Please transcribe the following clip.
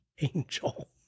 angel